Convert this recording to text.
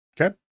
Okay